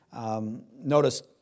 Notice